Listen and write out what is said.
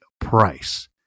price